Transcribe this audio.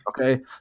Okay